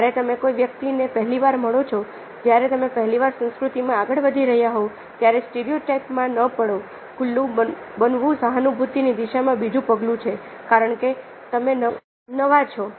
જ્યારે તમે કોઈ વ્યક્તિને પહેલીવાર મળો છો જ્યારે તમે પહેલીવાર સંસ્કૃતિમાં આગળ વધી રહ્યા હોવ ત્યારે સ્ટીરીયોટાઈપ મા ના પડો ખુલ્લુ બનવું સહાનુભૂતિની દિશામાં બીજું પગલું છે કારણકે તમે નવા છો